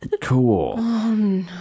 Cool